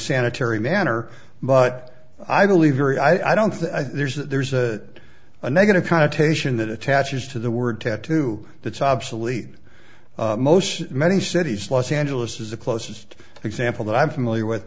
sanitary manner but i believe very i don't think there's there's a a negative connotation that attaches to the word tattoo that's obsolete most many cities los angeles is the closest example that i'm familiar with